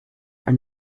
are